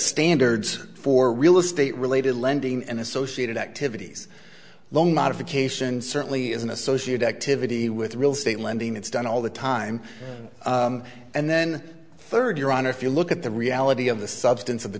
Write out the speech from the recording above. standards for real estate related lending and associated activities loan modification certainly is an associate activity with real estate lending it's done all the time time and then third your honor if you look at the reality of the substance of the